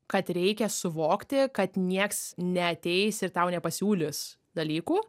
kad reikia suvokti kad nieks neateis ir tau nepasiūlys dalykų